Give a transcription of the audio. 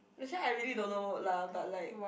this one I really don't know lah but like